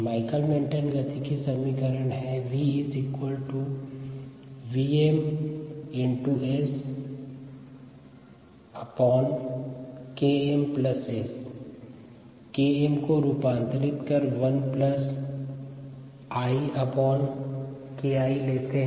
Michaelis Menten गतिकी समीकरण vvmSKmS Km को रूपांतरित कर I I Ki लेते है